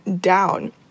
down